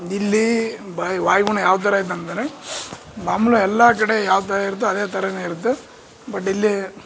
ಇಲ್ಲಿ ವಾಯು ವಾಯುಗುಣ ಯಾವ್ಥರ ಐತಂದರೆ ಮಾಮೂಲಾಗಿ ಎಲ್ಲಾ ಕಡೆ ಯಾವ್ಥರ ಇರತ್ತೋ ಅದೇ ಥರವೇ ಇರುತ್ತೆ ಬಟ್ ಇಲ್ಲಿ